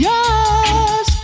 Yes